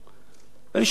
ואני שואל: ריבונו של עולם,